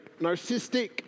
narcissistic